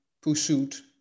pursuit